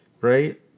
Right